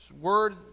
word